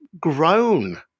grown